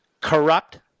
corrupt